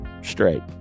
Straight